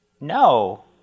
No